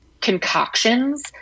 concoctions